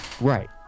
Right